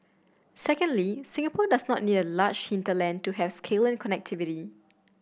secondly Singapore does not need a large hinterland to has and connectivity